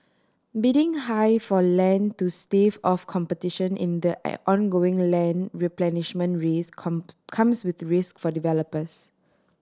bidding high for land to stave off competition in the ongoing land replenishment race come comes with risk for developers